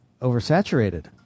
oversaturated